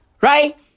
Right